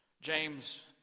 James